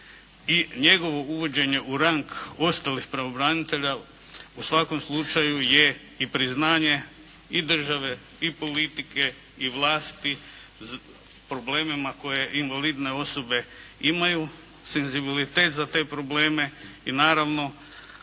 i njegovo uvođenje u rang ostalih pravobranitelja u svakom slučaju je i priznanje i države i politike i vlasti problemima koje invalidne osobe imaju senzibilitet za te probleme i naravno